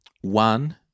One